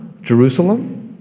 Jerusalem